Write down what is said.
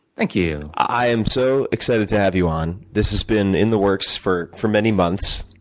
thank you. i'm so excited to have you on. this has been in the works for for many months,